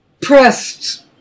Pressed